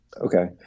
Okay